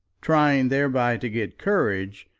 trying thereby to get courage,